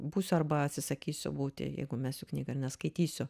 būsiu arba atsisakysiu būti jeigu mesiu knygą ir neskaitysiu